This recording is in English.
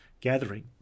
gathering